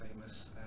famous